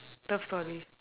love story